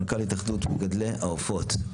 מנכ"ל התאחדות מגדלי העופות.